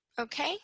Okay